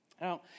Now